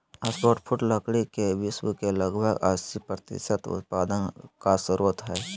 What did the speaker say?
softwood लकड़ी के विश्व के लगभग अस्सी प्रतिसत उत्पादन का स्रोत हइ